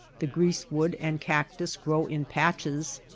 the grease wood and cactus grow in patches,